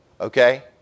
Okay